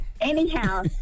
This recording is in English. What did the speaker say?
Anyhow